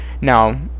now